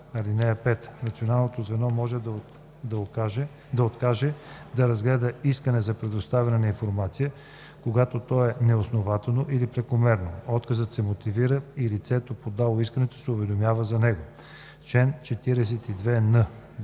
Националното звено може да откаже да разгледа искане за предоставяне на информация, когато то е неоснователно или прекомерно. Отказът се мотивира и лицето, подало искането, се уведомява за него. Чл. 42н2.